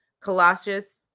Colossians